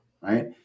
right